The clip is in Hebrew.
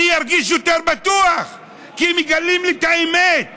אני ארגיש יותר בטוח כי מגלים לי את האמת,